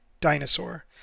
Dinosaur